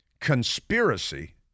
conspiracy